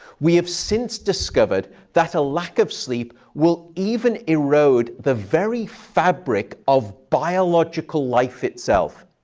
we have since discovered that a lack of sleep will even erode the very fabric of biological life itself,